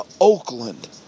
Oakland